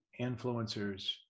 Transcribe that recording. influencers